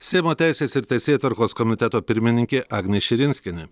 seimo teisės ir teisėtvarkos komiteto pirmininkė agnė širinskienė